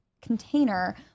Container